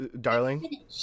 darling